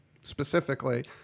specifically